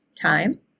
time